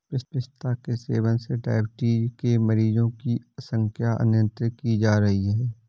पिस्ता के सेवन से डाइबिटीज के मरीजों की संख्या नियंत्रित की जा रही है